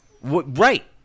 Right